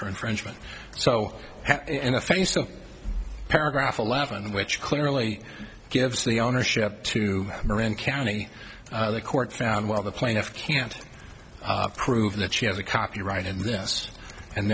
for infringement so that in the face of paragraph eleven which clearly gives the ownership to marin county the court found while the plaintiff can't prove that she has a copyright in this and